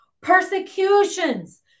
persecutions